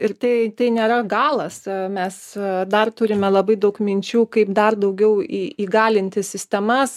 ir tai tai nėra galas a mes a dar turime labai daug minčių kaip dar daugiau į įgalinti sistemas